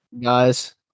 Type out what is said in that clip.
Guys